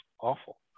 awful